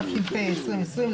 התש"ף-2020,